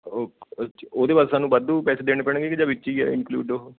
okay ਅੱਛਾ ਉਹਦੇ ਵਾਸਤੇ ਸਾਨੂੰ ਵਾਧੂ ਪੈਸੇ ਦੇਣੇ ਪੈਣਗੇ ਕਿ ਜਾਂ ਵਿੱਚ ਹੀ ਆ ਇੰਨਕਲੂਡ ਉਹ